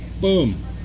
Boom